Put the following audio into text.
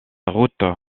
route